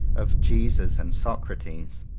of jesus and socrates.